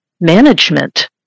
management